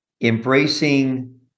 embracing